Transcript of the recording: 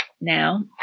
now